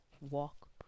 walk